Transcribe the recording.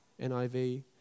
NIV